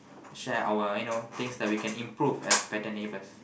share our you know things that we can improve as better neighbours